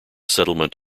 settlement